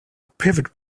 pivot